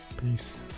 Peace